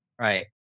right